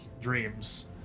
dreams